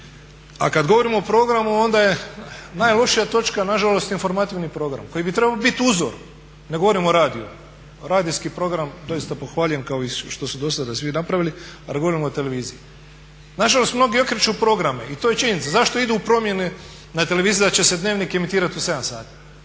A kada govorimo o programu onda je najlošija točka nažalost informativni program koji bi trebao biti uzor. Ne govorim o radiju. Radijski program doista pohvaljujem kao što su dosada svi napravili ali govorim o televiziji. Nažalost mnogi okreću programe i to je činjenica. Zašto idu u promjene na televiziji da će se Dnevnik emitirati u 7 sati?